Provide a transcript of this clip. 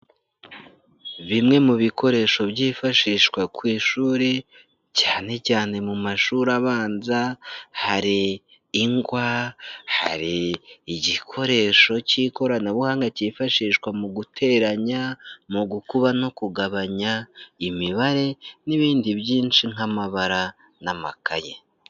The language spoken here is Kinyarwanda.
Bimwe mu bikoresho byifashishwa ku ishuri, cyane cyane mu mashuri abanza, hari ingwa, hari igikoresho cy'ikoranabuhanga cyifashishwa mu guteranya, mu gukuba no kugabanya imibare, n'ibindi byinshi nk'amabara n'amakaye.